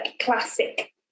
classic